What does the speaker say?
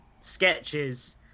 sketches